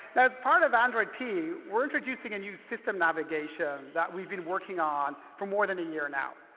as part of android p, we're introducing a new system navigation that we've been working on for more than a year now.